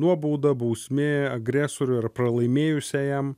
nuobauda bausmė agresoriui ar pralaimėjusiajam